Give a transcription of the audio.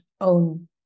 own